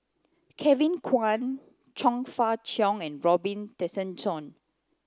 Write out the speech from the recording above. Kevin Kwan Chong Fah Cheong and Robin Tessensohn